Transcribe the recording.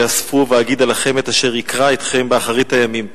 "האספו ואגידה לכם את אשר יקרא אתכם באחרית הימים".